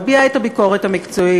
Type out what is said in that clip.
מביעה את הביקורת המקצועית,